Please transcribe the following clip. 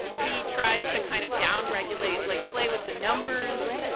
he tries to kind of down regulate like play with the numbers,